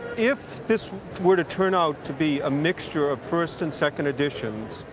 if this were to turn out to be a mixture of first and second editions,